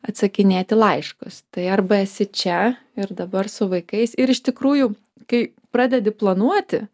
atsakinėt į laiškus tai arba esi čia ir dabar su vaikais ir iš tikrųjų kai pradedi planuoti